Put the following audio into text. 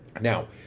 Now